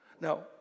Now